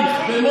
לדבר,